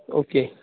okay